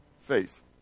faith